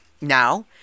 Now